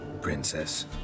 Princess